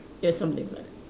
there's something like